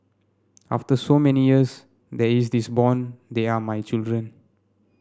after so many years there is this bond they are my children